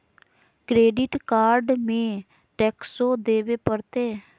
Credit card में टेक्सो देवे परते?